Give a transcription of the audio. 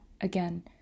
again